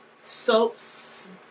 soaps